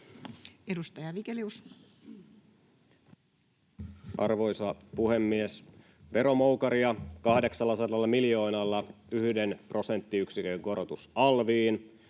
Content: Arvoisa puhemies! Veromoukaria 800 miljoonalla; yhden prosenttiyksikön korotus alviin;